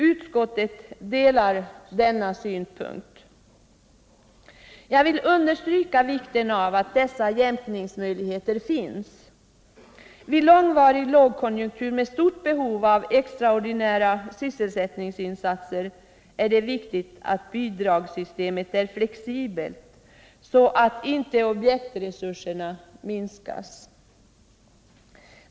Utskottet delar den synpunkten. Jag vill understryka vikten av att dessa jämkningsmöjligheter finns. Vid långvarig lågkonjunktur med stort behov av extraordinära sysselsättningsinsatser är det viktigt att bidragssystemet är flexibelt, så att inte objektresurserna minskas.